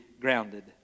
grounded